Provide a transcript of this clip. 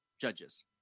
judges